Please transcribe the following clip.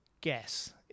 guess